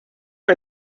are